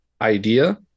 idea